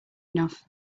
enough